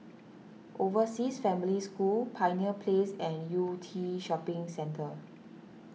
Overseas Family School Pioneer Place and Yew Tee Shopping Centre